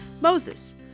MOSES